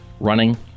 running